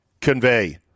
convey